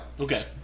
Okay